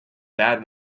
bad